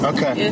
Okay